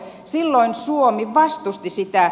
silloin suomi vastusti sitä